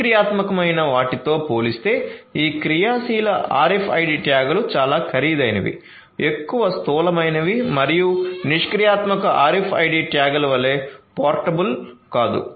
నిష్క్రియాత్మకమైన వాటితో పోలిస్తే ఈ క్రియాశీల RFID ట్యాగ్లు చాలా ఖరీదైనవి ఎక్కువ స్థూలమైనవి మరియు నిష్క్రియాత్మక RFID ట్యాగ్ల వలె పోర్టబుల్ కాదు